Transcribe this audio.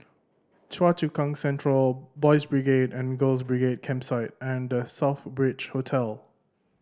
Choa Chu Kang Central Boys' Brigade and Girls' Brigade Campsite and The Southbridge Hotel